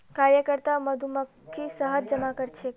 कार्यकर्ता मधुमक्खी शहद जमा करछेक